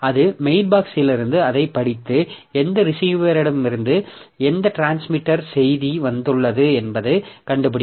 அது மெயில்பாக்ஸ்யிலிருந்து அதைப் படித்து எந்த ரிசீவரிடமிருந்து எந்த டிரான்ஸ்மிட்டர் செய்தி வந்துள்ளது என்பதைக் கண்டுபிடிக்கும்